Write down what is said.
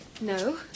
No